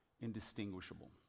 indistinguishable